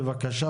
בבקשה,